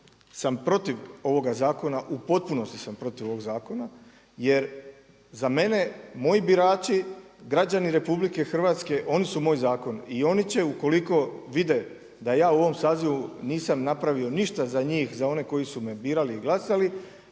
sam protiv ovoga zakona, u potpunosti sam protiv ovoga zakona jer za mene, moji birači, građani RH oni su moj zakon. I oni će, ukoliko vide da ja u ovom sazivu nisam napravio ništa za njih, za one koji su me birali i glasali,